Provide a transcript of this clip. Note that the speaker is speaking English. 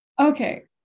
Okay